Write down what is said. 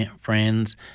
friends